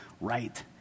right